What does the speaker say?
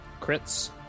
crits